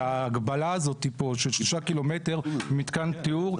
וההגבלה הזאת פה של 3 ק"מ מתקן טיהור,